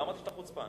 לא אמרתי שאתה חוצפן